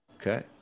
Okay